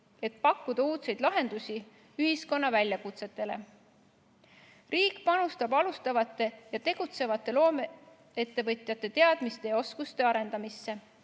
et pakkuda uudseid lahendusi ühiskonna väljakutsetele. Riik panustab alustavate ja tegutsevate loomeettevõtjate teadmiste ja oskuste arendamisse,